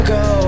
go